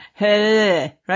right